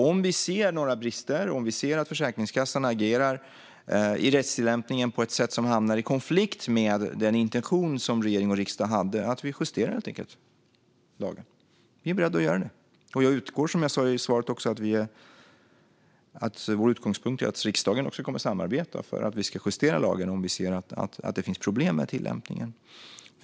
Om vi ser några brister, om vi ser att Försäkringskassan i rättstillämpningen agerar på ett sätt som hamnar i konflikt med den intention som regering och riksdag hade, då justerar vi helt enkelt lagen. Vi är beredda att göra det. Vår utgångspunkt är, som jag också sa i svaret, att riksdagen kommer att samarbeta för att vi ska justera lagen om vi ser att det finns problem med tillämpningen.